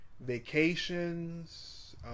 Vacations